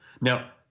Now